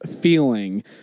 feeling